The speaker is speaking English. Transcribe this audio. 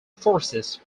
forces